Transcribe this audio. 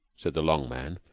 said the long man.